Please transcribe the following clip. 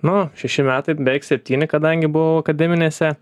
nu šeši metai beveik septyni kadangi buvau akademinėse